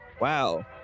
Wow